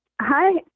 Hi